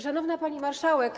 Szanowna Pani Marszałek!